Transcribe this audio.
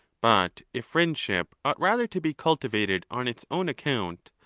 but if friendship ought rather to be cultivated on its own account,